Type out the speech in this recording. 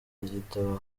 igitabo